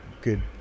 good